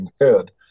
head